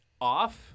Off